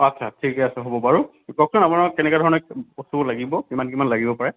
আচ্ছা ঠিকে আছে হ'ব বাৰু কওকচোন আপোনাক কেনেকুৱাধৰণে বস্তুবোৰ লাগিব কিমান কিমান লাগিব পাৰে